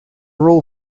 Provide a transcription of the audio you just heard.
rule